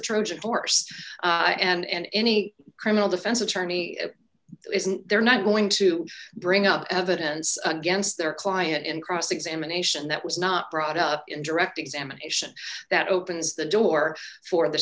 trojan horse and any criminal defense attorney isn't they're not going to bring up evidence against their client in cross examination that was not brought up in direct examination that opens the door for the